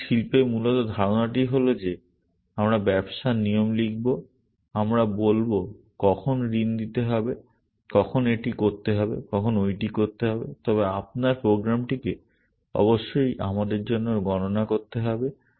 সুতরাং শিল্পে মূলত ধারণাটি হল যে আমরা ব্যবসার নিয়ম লিখব আমরা বলব কখন ঋণ দিতে হবে কখন এটি করতে হবে কখন ঐটি করতে হবে তবে আপনার প্রোগ্রামটিকে অবশ্যই আমাদের জন্য গণনা করতে হবে